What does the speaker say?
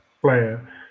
player